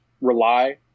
rely